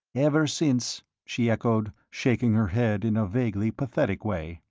ever since, she echoed, shaking her head in a vaguely pathetic way.